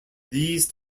these